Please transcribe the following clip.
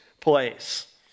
place